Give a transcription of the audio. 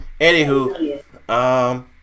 Anywho